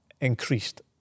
increased